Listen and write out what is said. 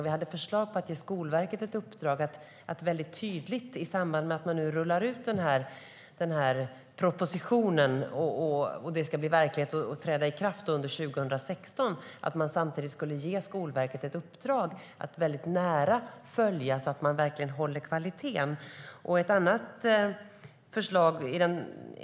Vi hade förslag på att man, samtidigt som man nu rullar ut propositionen med förslag som ska bli verklighet och träda i kraft under 2016, skulle ge Skolverket i uppdrag att väldigt nära följa att man håller kvaliteten.